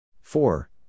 four